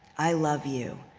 i love you,